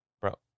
bro